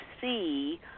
see